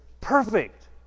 perfect